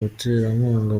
umuterankunga